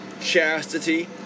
chastity